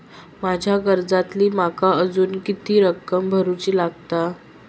माझ्या कर्जातली माका अजून किती रक्कम भरुची लागात?